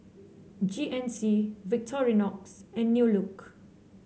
G N C Victorinox and New Look